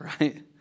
right